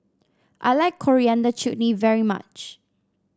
I like Coriander Chutney very much